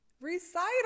recital